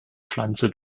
pflanze